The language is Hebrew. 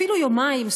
אפילו יומיים,